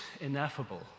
ineffable